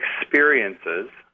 experiences